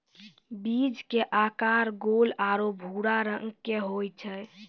बीज के आकार गोल आरो भूरा रंग के होय छै